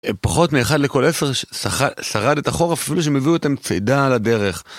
פחות מאחד לכל עשר שרד את החורף אפילו שהם הביאו איתם צידה לדרך.